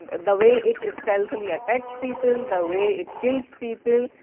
the way it it stealthily attacks people, the way it kills people,